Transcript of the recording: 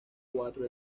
cuatro